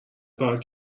باید